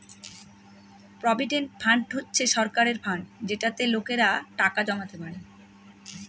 provident fund হচ্ছে সরকারের fund যেটাতে লোকেরা টাকা জমাতে পারে